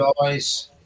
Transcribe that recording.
guys